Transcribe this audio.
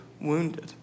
wounded